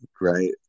right